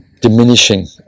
diminishing